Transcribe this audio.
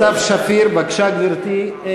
סתיו שפיר, בבקשה, גברתי.